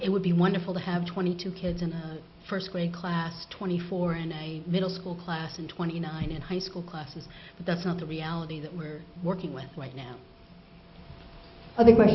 it would be wonderful to have twenty two kids in first grade class twenty four in a middle school class and twenty nine in high school classes but that's not the reality that we're working with